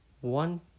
one